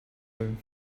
room